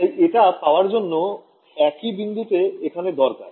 তাই এটা পাওয়ার জন্য একই বিন্দুতে এখানে দরকার